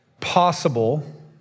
possible